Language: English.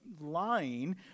lying